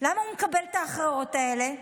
למה הוא מקבל את ההכרעות האלה?